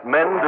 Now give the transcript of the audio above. Men